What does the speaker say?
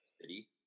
city